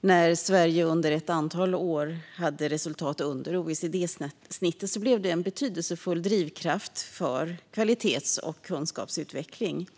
När Sverige under ett antal år hade resultat under OECD-snittet blev det en betydelsefull drivkraft för kvalitets och kunskapsutveckling.